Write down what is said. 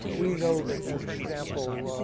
we know that, as an example,